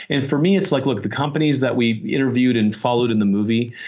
and for me it's like, look. the companies that we interviewed and followed in the movie,